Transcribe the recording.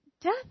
death